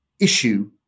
issue